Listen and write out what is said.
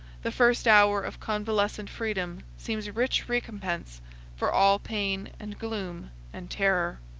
the first hour of convalescent freedom seems rich recompense for all pain and gloom and terror.